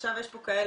עכשיו יש פה כאלה,